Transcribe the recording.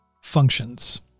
functions